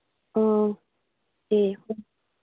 ꯑꯥ ꯑꯦ